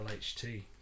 LHT